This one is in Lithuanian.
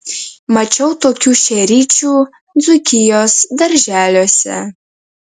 mačiau tokių šeryčių dzūkijos darželiuose